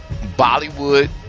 Bollywood